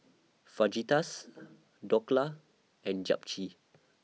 Fajitas Dhokla and Japchae